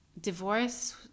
divorce